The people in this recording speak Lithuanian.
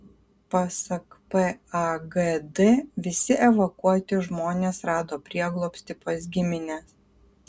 pasak pagd visi evakuoti žmonės rado prieglobstį pas gimines